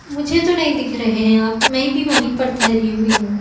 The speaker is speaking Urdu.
مجھے تو نہیں دکھ رہے ہیں آپ میں بھی وہی پر ٹھہری ہوئی ہوں